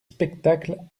spectacles